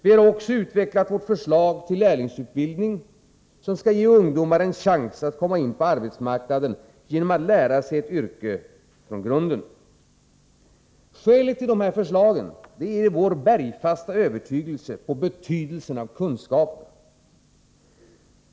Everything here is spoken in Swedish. Vi har också utvecklat vårt förslag till lärlingsutbildning, som skall ge ungdomar en chans att komma in på arbetsmarknaden genom att lära sig ett yrke från grunden. Skälet till dessa förslag är vår bergfasta övertygelse om betydelsen av kunskaper.